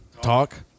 talk